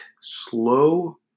slow